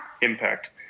impact